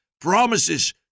promises